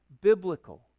biblical